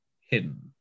hidden